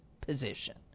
position